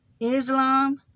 islam